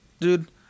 dude